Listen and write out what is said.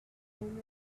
omens